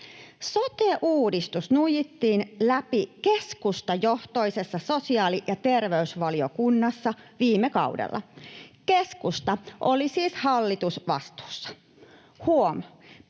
Soteuudistus nuijittiin läpi keskustajohtoisessa sosiaali- ja terveysvaliokunnassa viime kaudella. Keskusta oli siis hallitusvastuussa. Huom.